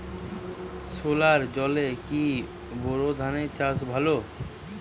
সেলোর জলে কি বোর ধানের চাষ ভালো?